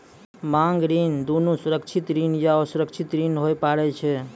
मांग ऋण दुनू सुरक्षित ऋण या असुरक्षित ऋण होय पारै छै